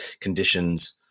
conditions